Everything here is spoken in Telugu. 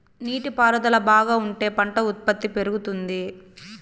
నీటి పారుదల బాగా ఉంటే పంట ఉత్పత్తి పెరుగుతుంది